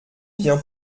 bien